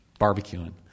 barbecuing